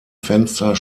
fenster